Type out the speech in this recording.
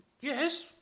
Yes